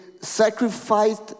sacrificed